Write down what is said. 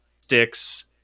sticks